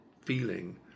feeling